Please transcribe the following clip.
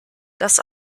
das